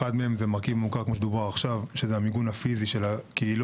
אחד מהם זה מרכיב מוכר כמו שדובר עכשיו שזה המיגון הפיזי של הקהילות